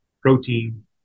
protein